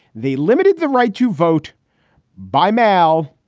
they limited the right to vote by mail,